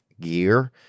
gear